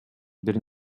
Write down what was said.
бир